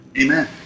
Amen